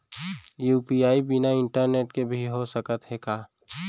UPI बिना internet के भी हो सकत हे का?